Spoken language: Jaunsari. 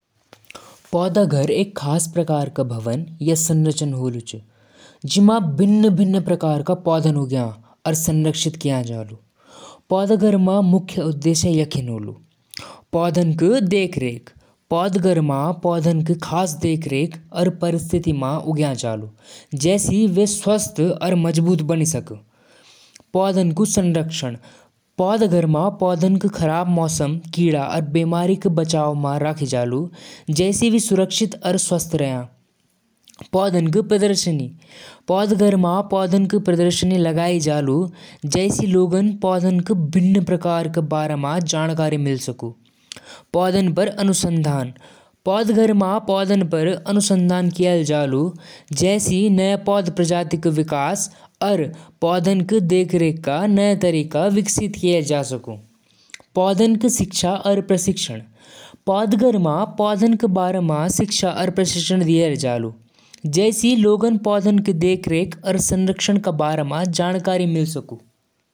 कार क मुख्य संघटक होलि engine, gearbox, chassis, brake system, और टायर। इंजन गाड़ी क पावर पैदा करदु। गियरबॉक्स गाड़ी क गति और टॉर्क बदलण म मदद करदु। चेसिस गाड़ी क ढांचा होलु। ब्रेक सिस्टम गाड़ी रोकण क लिए होलु। टायर गाड़ी क सड़ण पर पकड़ बनाइ रखदु। इनके अलावा बैटरी, स्टीयरिंग, और लाइट सिस्टम भी महत्वपूर्ण होलि। सब संघटक मिलक गाड़ी चलण म मदद करदु।